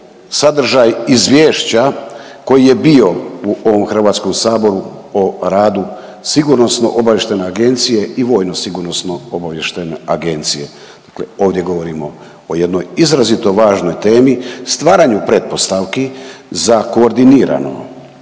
sadržaj izvješća koji je bio u ovom Hrvatskom saboru o radu Sigurnosno-obavještajne agencije i Vojno sigurnosno-obavještajne agencije. Ovdje govorimo o jednoj izrazito važnoj temi, stvaranju pretpostavki za koordinirano